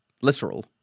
literal